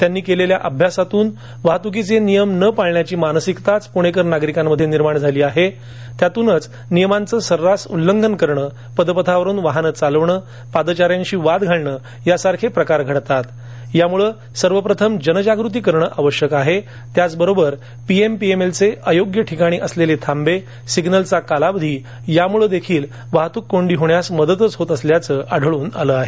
त्यांनी केलेल्या अभ्यासानुसार वाहतूकीचे नियम न पाळण्याची मानसिकताच पुणेकर नागरिकांमध्ये निर्माण झाली असून त्यातूनच नियमांचं सर्रास उल्लंघन करणेपदपथावरून वाहने चालवणे पादचाऱ्यांशी वाद घालणे यासारखे प्रकार घडतात त्यामुळं सर्वप्रथम त्यासाठी जन जागृती करणे आवश्यक आहे त्याचबरोबर P M P M L चे अयोग्य ठिकाणी असलेले थांबे सिग्नलचा कालावधी यामुळदेखील वाहतूक कोंडी होण्यास मदतच होत असल्याचं आढळून आलं आहे